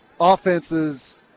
offenses